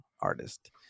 artist